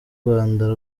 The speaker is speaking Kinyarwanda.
rwanda